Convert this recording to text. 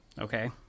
Okay